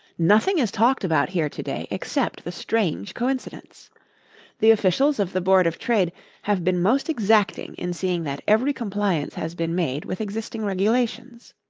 nothing is talked about here to-day except the strange coincidence the officials of the board of trade have been most exacting in seeing that every compliance has been made with existing regulations.